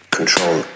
Control